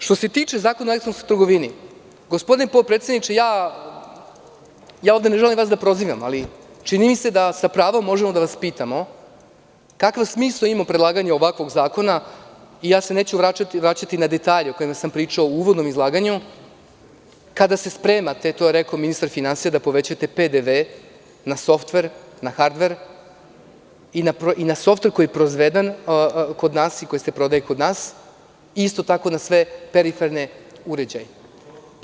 Što se tiče Zakona o elektronskoj trgovini, gospodine potpredsedniče, ja ovde ne želim vas da prozivam, ali čini mi se da sa pravom možemo da vas pitamo kakav smisao ima predlaganje ovakvog zakona i ja se neću vraćati na detalje o kojima sam pričao u uvodnom izlaganju kada se spremate, a to je rekao ministar finansija, da povećate PDV na hardver, softver i na softver koji je proizveden kod nas i koji se prodaje kod nas i na sve periferne uređaje.